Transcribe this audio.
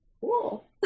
cool